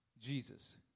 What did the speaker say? Jesus